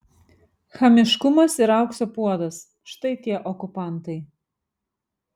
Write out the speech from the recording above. chamiškumas ir aukso puodas štai tie okupantai